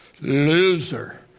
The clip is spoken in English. loser